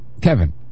Kevin